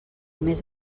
més